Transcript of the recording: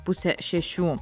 pusę šešių